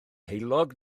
heulog